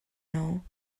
know